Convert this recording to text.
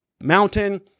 Mountain